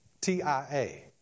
T-I-A